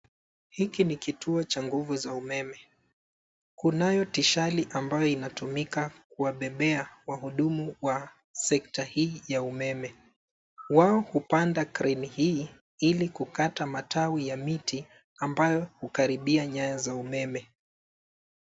Hiki ni kituo cha nguvu za umeme, kunayo tishali ambayo unatumika kuwapepea wahudumu wa sekta hii ya umeme. Wao upanda kreni hii hili kukata matawi ya miti amabao ukaripia nyaya za umeme.